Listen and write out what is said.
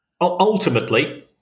ultimately